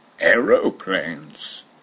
aeroplanes